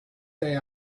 day